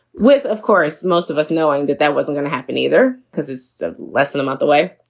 with, of course, most of us knowing that that wasn't going to happen either because it's ah less than a month away.